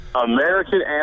American